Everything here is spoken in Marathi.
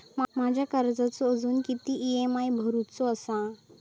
माझ्या कर्जाचो अजून किती ई.एम.आय भरूचो असा?